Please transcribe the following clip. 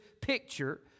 picture